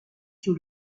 sur